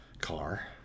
car